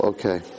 Okay